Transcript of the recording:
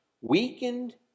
weakened